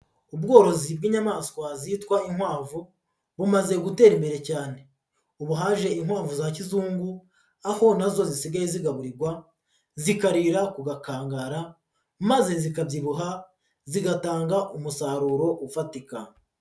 Ubworozi bw'inyamaswa zitwa inkwavu bumaze gutera imbere cyane, ubu haje inkwavu za kizungu aho na zo zisigaye zigaburirwa zikarira ku gakangara maze zikabyibuha zigatanga umusaruro ufatika.